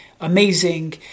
amazing